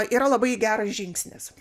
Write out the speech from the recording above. yra labai geras žingsnis